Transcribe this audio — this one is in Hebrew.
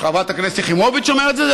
חברת הכנסת יחימוביץ אומרת את זה?